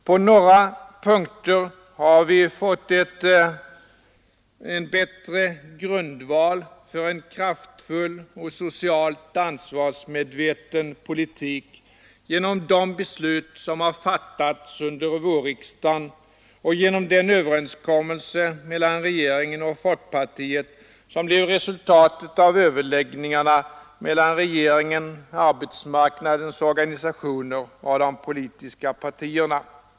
På några punkter har vi fått en bättre grundval för en kraftfull och socialt ansvarsmedveten politik genom de beslut som fattats under vårriksdagen och genom den överenskommelse mellan regeringen och folkpartiet som blev resultatet av överläggningarna mellan regeringen, arbetsmarknadens organisationer och de politiska partierna.